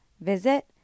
visit